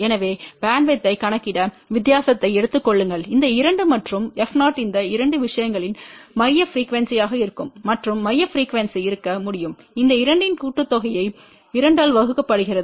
எனவே பேண்ட்வித்யை கணக்கிட வித்தியாசத்தை எடுத்துக் கொள்ளுங்கள் இந்த இரண்டு மற்றும் f0இந்த இரண்டு விஷயங்களின் மைய ப்ரிக்யூவென்ஸிணாக இருக்கும் மற்றும் மைய ப்ரிக்யூவென்ஸி இருக்க முடியும் இந்த இரண்டின் கூட்டுத்தொகையை 2 ஆல் வகுக்கப்படுகிறது